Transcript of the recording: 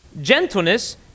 gentleness